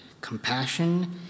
compassion